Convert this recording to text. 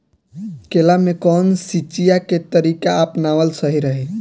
केला में कवन सिचीया के तरिका अपनावल सही रही?